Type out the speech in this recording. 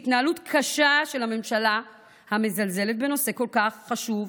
הוא התנהלות קשה של הממשלה המזלזלת בנושא כל כך חשוב,